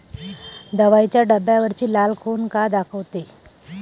दवाईच्या डब्यावरची लाल खून का दाखवते?